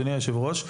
אדוני היושב-ראש,